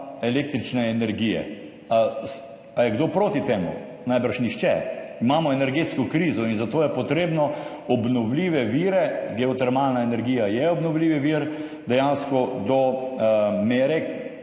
električne energije. Ali je kdo proti temu? Najbrž nihče. Imamo energetsko krizo in zato je potrebno obnovljive vire, geotermalna energija je obnovljivi vir, dejansko do zdrave